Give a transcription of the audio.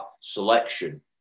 selection